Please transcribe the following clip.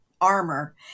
armor